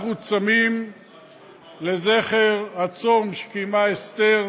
אנחנו צמים לזכר הצום שקיימה אסתר